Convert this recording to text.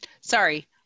sorry